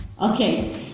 Okay